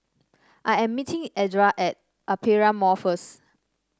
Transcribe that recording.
I am meeting Edra at Aperia Mall first